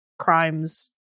crimes